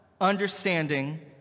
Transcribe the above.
understanding